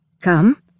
Come